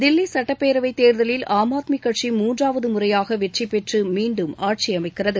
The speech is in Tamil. தில்லி சட்டப்பேரவைத் தேர்தலில் ஆம் ஆத்மி சட்சி மூன்றாவது முறையாக வெற்றி பெற்று மீண்டும் ஆட்சியமைக்கிறது